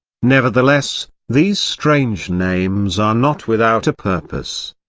nevertheless, these strange names are not without a purpose.